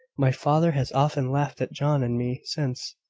my father has often laughed at john and me since,